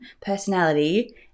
personality